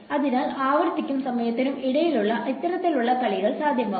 അതിനാൽ ആവൃത്തിക്കും സമയത്തിനും ഇടയിലുള്ള ഇത്തരത്തിലുള്ള കളികൾ സാധ്യമാകും